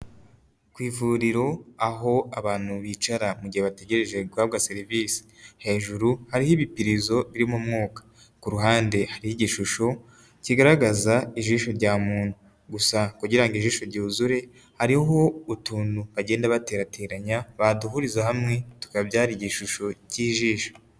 Ku ivuriro aho abantu bicara mu gihe bategereje guhabwa serivisi hejuru hariho ibipirizo biririmo umwuka, ku ruhande hariho igishusho kigaragaza ijisho rya muntu gusa kugirango ijisho ryuzure hariho utuntu bagenda baterateranya baduhuriza hamwe tukabyara igishusho cy'ijisho.